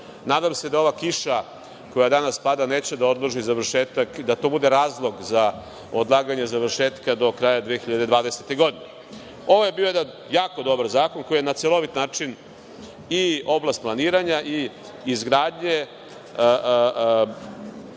Nadam se da ova kiša koja danas pada neće da odloži završetak, da to bude razlog za odlaganje završetka do kraja 2020. godine. Ovo je bio jedan jako dobar zakon koji je na celovit način i oblast planiranja i oblast izgradnje